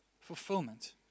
fulfillment